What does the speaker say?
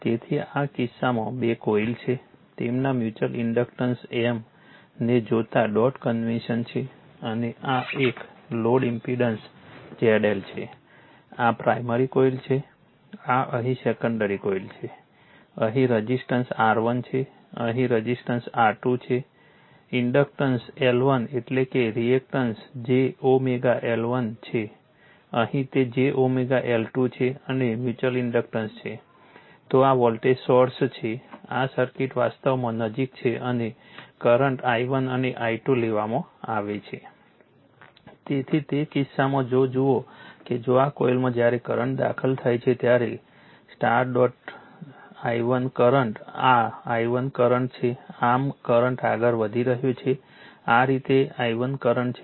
તેથી આ કિસ્સામાં બે કોઇલ છે તેમના મ્યુચ્યુઅલ ઇન્ડક્ટન્સ M ને જોતા ડોટ કન્વેન્શન છે અને આ એક લોડ ઇમ્પિડન્સ ZL છે આ પ્રાઇમરી કોઇલ છે આ અહીં સેકન્ડરી કોઇલ છે અહીં રઝિસ્ટન્સ R1 છે અહીં રઝિસ્ટન્સ R2 છે ઇન્ડક્ટન્સ L1 એટલે કે રિએક્ટન્સ j L1 છે અહીં તે j L2 છે અને મ્યુચ્યુઅલ ઇન્ડક્ટન્સ છે તો આ વોલ્ટેજ સોર્સ છે આ સર્કિટ વાસ્તવમાં નજીક છે અને કરંટ i1 અને i2 લેવામાં આવે છે તેથી તે કિસ્સામાં જો જુઓ કે જો આ કોઇલમાં જ્યારે કરંટ દાખલ થાય છે ત્યારે ડોટ i1 કરંટ આ i1 કરંટ છે આમ કરંટ આગળ વધી રહ્યો છે આ રીતે i1 કરંટ છે